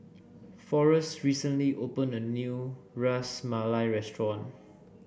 Forrest recently opened a new Ras Malai Restaurant